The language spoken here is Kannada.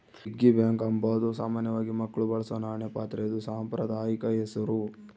ಪಿಗ್ಗಿ ಬ್ಯಾಂಕ್ ಅಂಬಾದು ಸಾಮಾನ್ಯವಾಗಿ ಮಕ್ಳು ಬಳಸೋ ನಾಣ್ಯ ಪಾತ್ರೆದು ಸಾಂಪ್ರದಾಯಿಕ ಹೆಸುರು